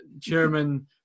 chairman